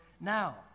now